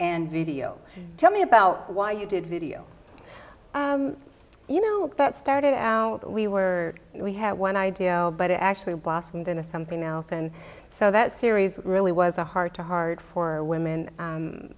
and video tell me about why you did video you know that started out we were we had one idea but i actually blossomed into something else and so that series really was a heart to heart for women